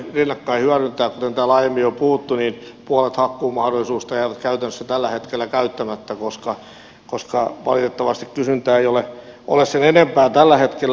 kuten täällä aiemmin on puhuttu niin puolet hakkuumahdollisuuksista jää käytännössä tällä hetkellä käyttämättä koska valitettavasti kysyntää ei ole sen enempää tällä hetkellä